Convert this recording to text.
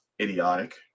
idiotic